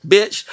Bitch